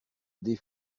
des